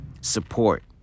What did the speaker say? support